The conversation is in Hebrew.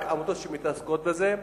רק עמותות שמתעסקות בזה,